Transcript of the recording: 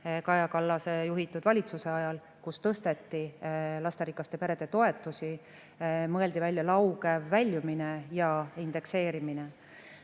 Kaja Kallase juhitud valitsuse ajal, kui tõsteti lasterikaste perede toetusi. Mõeldi välja lauge väljumine ja indekseerimine.